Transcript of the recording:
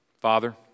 Father